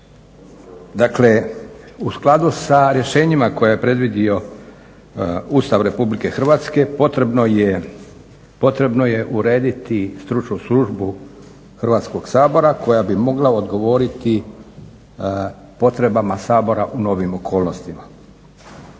Dakle, u skladu s rješenjima koje je predvidio Ustav Republike Hrvatske potrebno je, potrebno je urediti stručnu službu Hrvatskog sabora koja bi mogla odgovoriti potrebama Sabora u novim okolnostima.